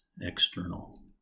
external